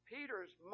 Peter's